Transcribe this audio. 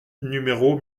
numéro